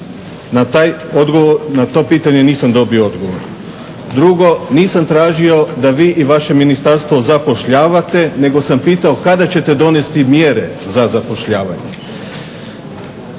Na to pitanje nisam dobio odgovor. Drugo, nisam tražio da vi i vaše ministarstvo zapošljavate nego sam pitao kada ćete donesti mjere za zapošljavanje.